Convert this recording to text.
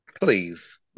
Please